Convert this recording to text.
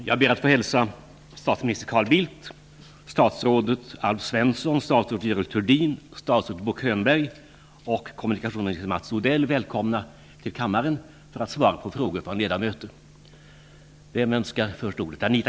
Jag ber att få hälsa statsminister Carl Bildt, statsrådet Alf Svensson, statsrådet Görel Thurdin, statsrådet Bo Könberg och kommunikationsminister Mats Odell välkomna till kammaren för att svara på frågor från ledamöterna.